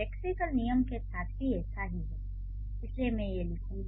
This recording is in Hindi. लेक्सिकल नियम के साथ भी ऐसा ही है इसलिए मैं यही लिखूंगी